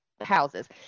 houses